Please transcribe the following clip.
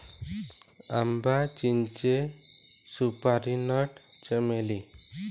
आंबा, चिंचे, सुपारी नट, चमेली